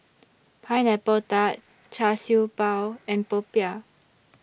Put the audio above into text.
Pineapple Tart Char Siew Bao and Popiah